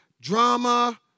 drama